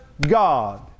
God